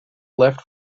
left